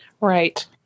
Right